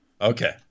okay